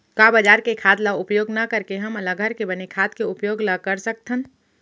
का बजार के खाद ला उपयोग न करके हमन ल घर के बने खाद के उपयोग ल कर सकथन?